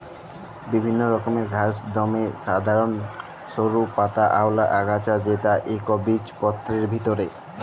বিভিল্ল্য রকমের ঘাঁস দমে সাধারল সরু পাতাআওলা আগাছা যেট ইকবিজপত্রের ভিতরে